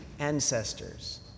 ancestors